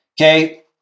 okay